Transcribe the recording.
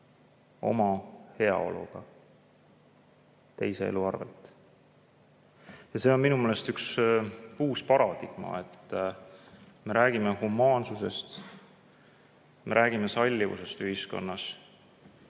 oma heaoluga teiste elu hinnaga. See on minu meelest üks uus paradigma. Me räägime humaansusest, me räägime sallivusest ühiskonnas,